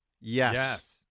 Yes